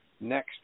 next